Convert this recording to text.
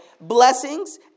blessings